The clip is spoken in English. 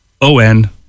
O-N